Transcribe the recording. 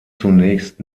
zunächst